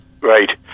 Right